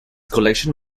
collection